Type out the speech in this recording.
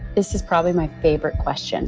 this is probably my favorite question